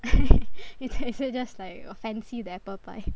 is it just like fancy 的 apple pie